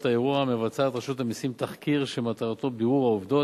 האירוע מבצעת רשות המסים תחקיר שמטרתו בירור העובדות,